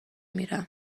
میرم